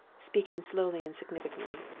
speaking slowly and significantly,